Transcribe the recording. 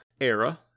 era